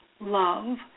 Love